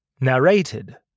Narrated